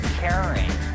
caring